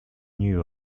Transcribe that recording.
new